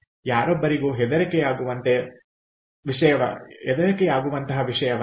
ಯಾರೊಬ್ಬರಿಗೂ ಹೆದರಿಕೆಯಾಗುವಂತೆ ವಿಷಯವಾಗಿದೆ ಇದು ನಂಬಲಾಗದಂತಿದೆ